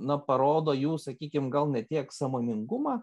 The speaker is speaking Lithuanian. na parodo jų sakykim gal ne tiek sąmoningumą